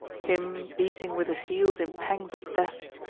him, beating with his heels in pangs of death,